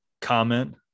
comment